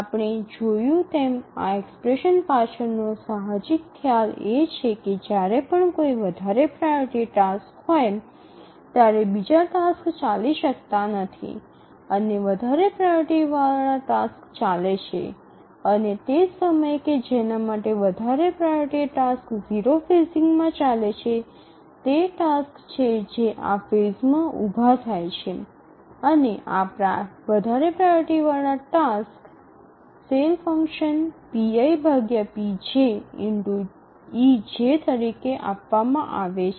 આપણે જોયું તેમ આ એક્સપ્રેશન પાછળનો સાહજિક ખ્યાલ એ છે કે જ્યારે પણ કોઈ વધારે પ્રાઓરિટી ટાસ્ક હોય ત્યારે બીજા ટાસક્સ ચાલી શકતા નથી અને વધારે પ્રાઓરિટી વાળા ટાસક્સ ચાલે છે અને તે સમય કે જેના માટે વધારે પ્રાઓરિટી ટાસક્સ 0 ફેઝિંગમાં ચાલે છે તે ટાસ્ક છે જે આ ફેઝ માં ઊભા થાય છે અને આ વધારે પ્રાઓરિટી વાળા ટાસક્સ ⌈ ⌉∗ej તરીકે આપવામાં આવે છે